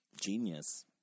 genius